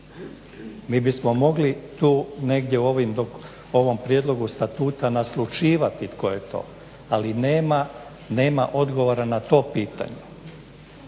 Mi bismo mogli negdje tu u ovom prijedlogu statuta naslućivati tko je to, ali nema odgovora na to pitanje.